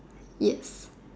yes